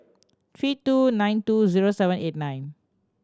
three two nine two zero seven eight nine